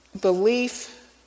belief